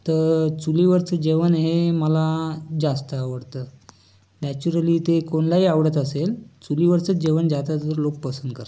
तर चुलीवरचं जेवण हे मला जास्त आवडतं नॅचरली ते कोणालाही आवडत असेल चुलीवरचं जेवण ज्यादातर लोक पसंद करतात